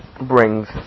brings